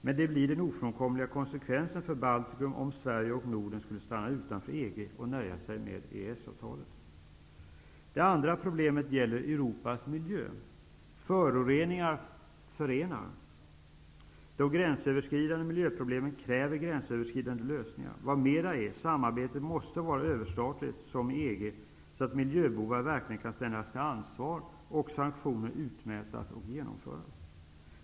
Men det blir den ofrånkomliga konsekvensen för Baltikum om Sverige och Norden skulle nöja sig med EES avtalet och stanna utanför EG. Ett annat problem gäller Europas miljö. Föroreningar förenar. De gränsöverskridande miljöproblemen kräver gränsöverskridande lösningar. Vad mera är, samarbetet måste vara överstatligt, som i EG, så att miljöbovar verkligen kan ställas till ansvar och sanktioner utmätas och genomföras.